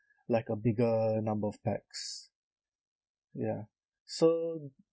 like a bigger number of pax ya so